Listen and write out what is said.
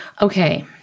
Okay